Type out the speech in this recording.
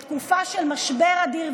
בתקופה של משבר אדיר,